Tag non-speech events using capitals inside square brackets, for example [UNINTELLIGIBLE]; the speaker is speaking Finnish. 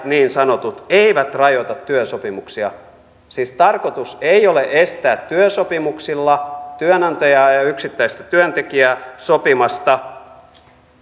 [UNINTELLIGIBLE] niin sanotut pakkolait eivät rajoita työsopimuksia siis tarkoitus ei ole estää työsopimuksilla työnantajaa ja ja yksittäistä työntekijää sopimasta